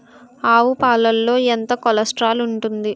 ఆవు పాలలో ఎంత కొలెస్ట్రాల్ ఉంటుంది?